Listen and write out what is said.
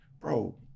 Bro